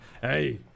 hey